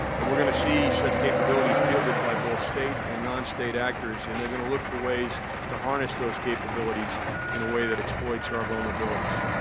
and, we're gonna see such capabilities fielded by both state and non-state actors. and, they're gonna look for ways to harness those capabilities in a way that exploits our vulnerabilities.